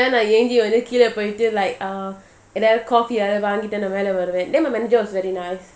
கீழபோயிட்டு:keela poitu like uh வாங்கிட்டுதான்மேலவருவேன்:vangituthan mela varuven then my manager was very nice